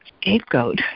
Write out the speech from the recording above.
scapegoat